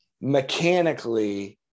mechanically